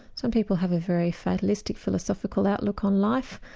some people have a very fatalistic philosophical outlook on life,